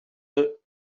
deux